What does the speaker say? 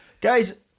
Guys